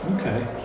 Okay